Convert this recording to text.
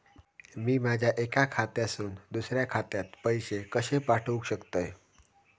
मी माझ्या एक्या खात्यासून दुसऱ्या खात्यात पैसे कशे पाठउक शकतय?